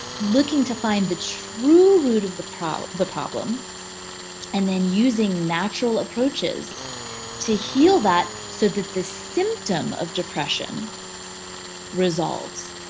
looking to find the true root of the problem the problem and then using natural approaches to heal that so that the symptom of depression resolves.